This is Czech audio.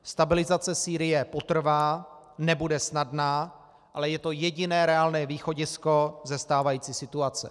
Stabilizace Sýrie potrvá, nebude snadná, ale je to jediné reálné východisko ze stávající situace.